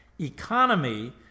economy